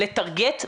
לטרגט,